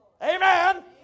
Amen